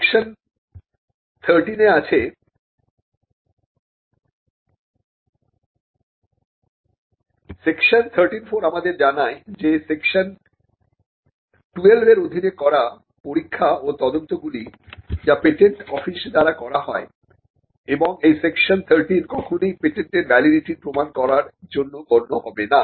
section 13 এ আছে section 13 আমাদের জানায় যে সেকশন 12 র অধীনে করা পরীক্ষা ও তদন্তগুলি যা পেটেন্ট অফিস দ্বারা করা হয় এবং এই সেকশন 13 কখনই পেটেন্টের ভ্যালিডিটির প্রমাণ করার জন্য গন্য হবে না